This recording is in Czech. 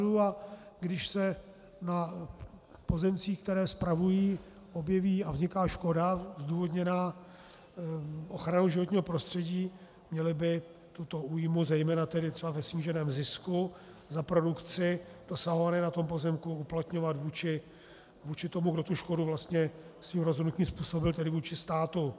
A když se na pozemcích, které spravují, objeví a vzniká škoda zdůvodněná ochranou životního prostředí, měli by tuto újmu, zejména třeba ve sníženém zisku za produkci dosahovaném na tom pozemku, uplatňovat vůči tomu, kdo tu škodu vlastně svým rozhodnutím způsobil, tedy vůči státu.